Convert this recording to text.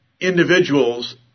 individuals